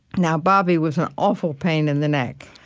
now bobby was an awful pain in the neck.